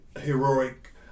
heroic